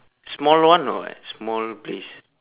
small one or what small place